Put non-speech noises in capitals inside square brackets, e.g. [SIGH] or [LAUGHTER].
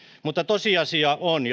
mutta tosiasia on [UNINTELLIGIBLE]